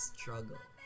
Struggle